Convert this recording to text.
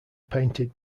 painted